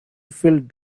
filled